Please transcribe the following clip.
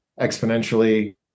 exponentially